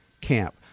camp